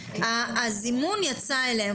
הזימון יצא אליהם.